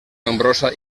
nombrosa